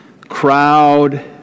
crowd